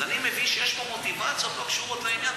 אז אני מבין שיש פה מוטיבציות שלא קשורות לעניין,